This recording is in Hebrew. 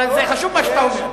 אבל זה חשוב מה שאתה אומר.